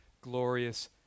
glorious